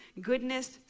goodness